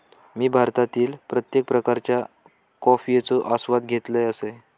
मी भारतातील प्रत्येक प्रकारच्या कॉफयेचो आस्वाद घेतल असय